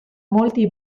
molti